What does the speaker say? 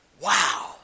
Wow